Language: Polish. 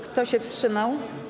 Kto się wstrzymał?